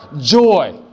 Joy